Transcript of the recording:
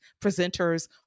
presenters